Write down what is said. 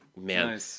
Man